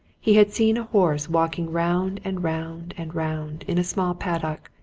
he had seen a horse walking round and round and round in a small paddock,